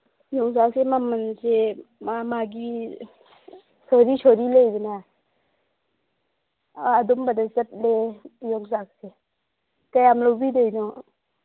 ꯌꯣꯡꯆꯥꯛꯁꯦ ꯃꯃꯜꯁꯦ ꯃꯥꯒꯤ ꯃꯥꯒꯤ ꯁꯣꯔꯤ ꯁꯣꯔꯤ ꯂꯩꯗꯅ ꯑꯥ ꯑꯗꯨꯝꯕꯗ ꯆꯠꯂꯦ ꯌꯣꯡꯆꯥꯛꯁꯦ ꯀꯌꯥꯝ ꯂꯧꯕꯤꯗꯣꯏꯅꯣ